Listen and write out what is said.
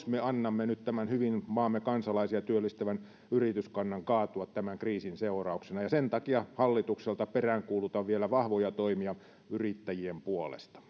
me nyt annamme tämän hyvin maamme kansalaisia työllistävän yrityskannan kaatua tämän kriisin seurauksena sen takia hallitukselta peräänkuulutan vielä vahvoja toimia yrittäjien puolesta